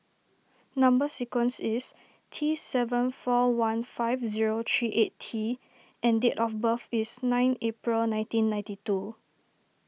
Number Sequence is T seven four one five zero three eight T and date of birth is nine April nineteen ninety two